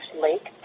Lake